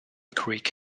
greek